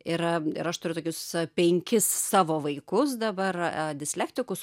ir ir aš turiu tokius penkis savo vaikus dabar dislektikus